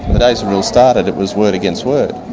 the days the rule started it was word against word,